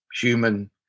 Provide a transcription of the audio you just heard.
Human